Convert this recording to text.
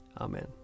Amen